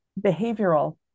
Behavioral